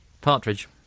Partridge